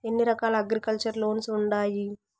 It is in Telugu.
ఎన్ని రకాల అగ్రికల్చర్ లోన్స్ ఉండాయి